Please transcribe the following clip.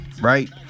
Right